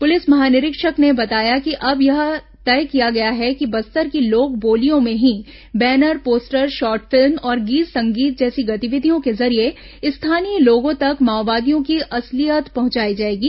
police महानिरीक्षक ने बताया कि अब यह तय किया गया है कि बस्तर की लोक बोलियों में ही बैनर पोस्टर शॉर्ट फिल्म और गीत संगीत जैसी गतिविधियों के जरिए स्थानीय लोगों तक माओवादियों की असलियत पहुंचाई जाएगी